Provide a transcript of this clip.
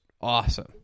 awesome